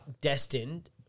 destined